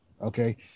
okay